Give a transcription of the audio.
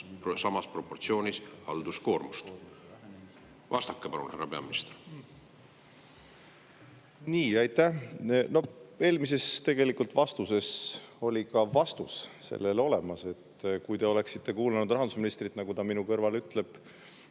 samas proportsioonis halduskoormust? Vastake palun, härra peaminister! Nii, aitäh! Eelmises vastuses oli ka vastus sellele olemas. Kui te oleksite kuulanud rahandusministrit, nagu ta on minu kõrval ütleb,